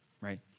right